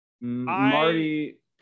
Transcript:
Marty